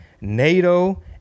NATO